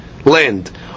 Land